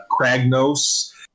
Cragnos